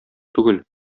түгел